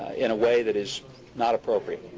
in a way that is not appropriate